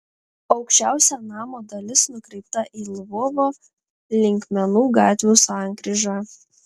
aukščiausia namo dalis nukreipta į lvovo linkmenų gatvių sankryžą